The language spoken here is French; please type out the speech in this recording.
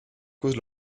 cause